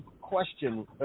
question